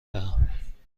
دهم